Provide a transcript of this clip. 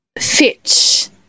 fit